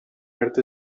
earth